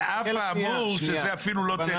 על אף האמור שזה אפילו לא טכני.